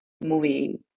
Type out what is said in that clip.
movie